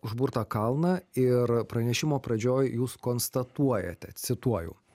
užburtą kalną ir pranešimo pradžioj jūs konstatuojate cituoju